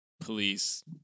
police